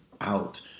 out